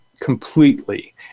completely